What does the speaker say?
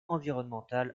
environnemental